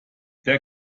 der